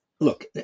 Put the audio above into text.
Look